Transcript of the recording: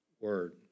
Word